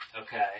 Okay